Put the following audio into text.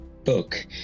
book